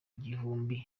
gihumbi